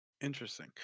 interesting